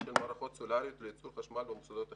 של מערכות סולאריות לייצור חשמל במוסדות החינוך.